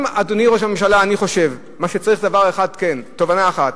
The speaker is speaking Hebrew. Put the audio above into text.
אדוני ראש הממשלה, צריך תובנה אחת: